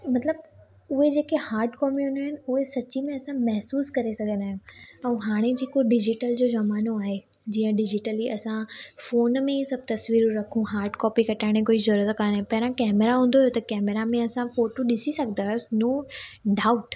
मतिलबु उहे जेके हार्ड कॉपी हूंदियूं आहिनि उहे सची में असां महसूसु करे सघंदा आहियूं ऐं हाणे जेको डिजीटल जो ज़मानो आहे जीअं डिजीटली असां फ़ोन में ई सभु तस्वीरूं रखूं हार्ड कॉपी कढाइण जी कोई ज़रूरत काने पहिरां कैमरा हूंदो हुयो त कैमरा में असां फ़ोटू ॾिसी सघंदा हुयासीं नो ढाउट